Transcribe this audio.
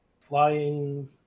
flying